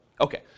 Okay